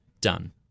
done